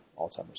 Alzheimer's